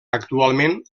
actualment